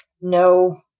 No